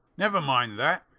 never mind that.